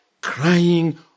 crying